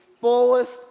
fullest